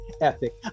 ethic